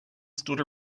stood